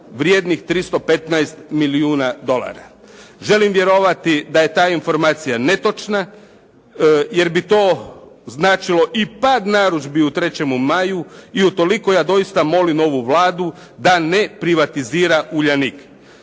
vrijednih 315 milijuna dolara. Želim vjerovati da je ta informacija netočna jer bi to značilo i pad narudžbi u "3. maju" i utoliko ja doista molim ovu Vladu da ne privatizira "Uljanik".